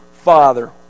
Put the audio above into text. Father